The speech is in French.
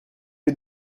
les